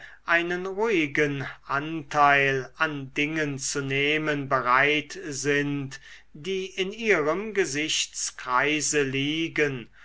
einen ruhigen anteil an dingen zu nehmen bereit sind die in ihrem gesichtskreise liegen